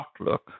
outlook